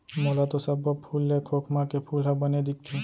मोला तो सब्बो फूल ले खोखमा के फूल ह बने दिखथे